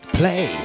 play